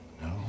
No